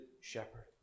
shepherd